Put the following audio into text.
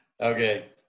Okay